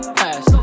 pass